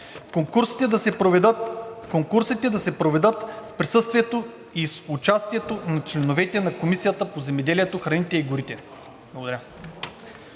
Конкурсите да се проведат в присъствието и с участието на членовете на Комисията по земеделието, храните и горите.“